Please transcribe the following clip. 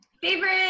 Favorite